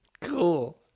Cool